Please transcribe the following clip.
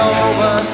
over